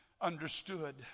understood